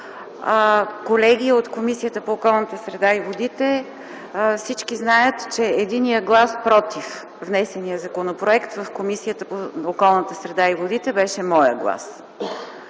колеги от Комисията по околната среда и водите! Всички знаят, че единият глас „против” внесения законопроект в Комисията по околната среда и водите, беше моят глас.